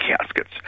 caskets